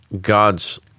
God's